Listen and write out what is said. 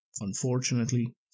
Unfortunately